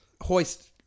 hoist